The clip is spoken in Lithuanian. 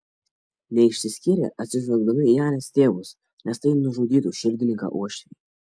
neišsiskyrė atsižvelgdami į anės tėvus nes tai nužudytų širdininką uošvį